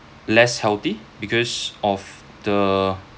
less healthy because of the